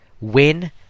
win